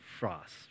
Frost